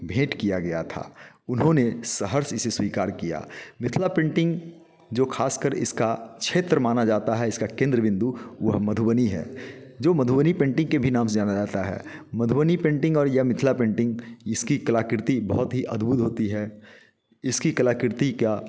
भेंट किया गया था उन्होंने सहर्ष से स्वीकार किया मिथिला पेंटिंग जो खासकर इसका क्षेत्र माना जाता है इसका केंद्र बिंदु वह मधुबनी है जो मधुबनी पेंटिंग के नाम से भी जाना जाता है मधुबनी पेंटिंग और यह मिथिला पेंटिंग इसकी कलाकृति बहुत ही अद्भुत होती है इसकी कलाकृति क्या